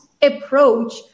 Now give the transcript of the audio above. approach